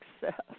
success